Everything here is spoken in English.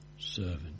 servant